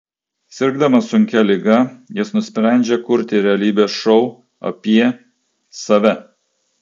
sirgdamas sunkia liga jis nusprendžia kurti realybės šou apie save